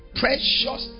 precious